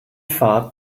fahrt